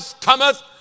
cometh